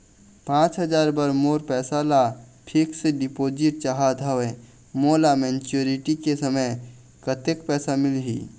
पांच बछर बर मोर पैसा ला फिक्स डिपोजिट चाहत हंव, मोला मैच्योरिटी के समय कतेक पैसा मिल ही?